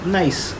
nice